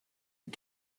and